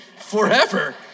forever